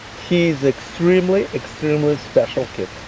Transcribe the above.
he's extremely, extremely special kid.